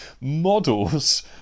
models